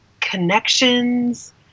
connections